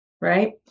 Right